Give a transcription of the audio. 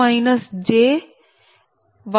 8p